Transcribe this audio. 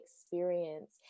experience